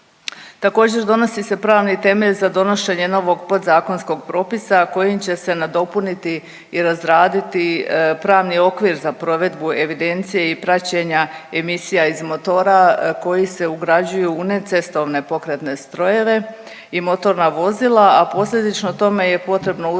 Također donosi se pravni temelj za donošenje novog podzakonskog propisa kojim će se nadopuniti i razraditi pravni okvir za provedbu evidencije i praćenja emisija iz motora koji se ugrađuju u necestovne pokretne strojeve i motorna vozila, a posljedično tome je potrebno uskladiti